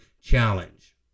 challenge